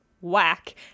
whack